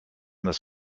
this